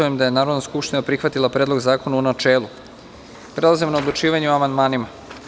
je Narodna skupština prihvatila Predlog zakona u načelu, prelazimo na odlučivanje o amandmanima.